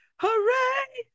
Hooray